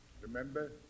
Remember